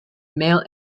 male